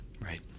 Right